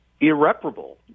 irreparable